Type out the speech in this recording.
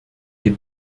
les